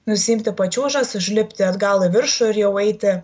nusiimti pačiūžas užlipti atgal į viršų ir jau eiti